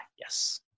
yes